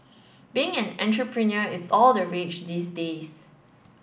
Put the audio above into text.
being an entrepreneur is all the rage these days